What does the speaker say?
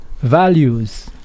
values